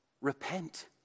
repent